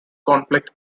conflict